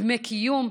דמי קיום,